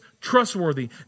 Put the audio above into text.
trustworthy